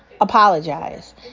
apologize